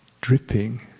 dripping